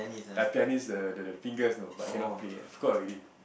like pianist the the the fingers you know but I cannot Play I forgot already